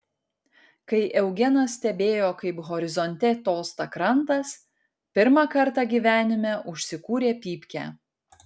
kai eugenas stebėjo kaip horizonte tolsta krantas pirmą kartą gyvenime užsikūrė pypkę